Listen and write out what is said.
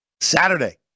Saturday